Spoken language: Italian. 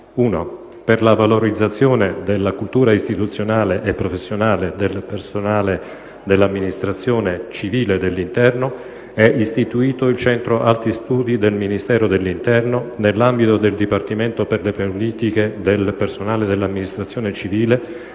"1. Per la valorizzazione della cultura istituzionale e professionale del personale dell'Amministrazione civile dell'interno, è istituito il Centro Alti Studi del Ministero dell'interno nell'ambito del Dipartimento per le politiche del personale dell'amministrazione civile